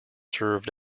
served